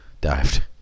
dived